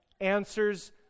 answers